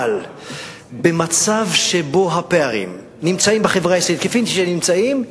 אבל במצב שבו הפערים נמצאים בחברה הישראלית כפי שנמצאים,